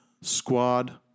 squad